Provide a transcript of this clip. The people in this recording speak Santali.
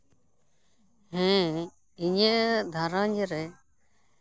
ᱦᱮᱸ ᱤᱧᱟᱹᱜ ᱜᱷᱟᱨᱚᱧᱡᱽ ᱨᱮ